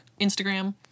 Instagram